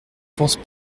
pense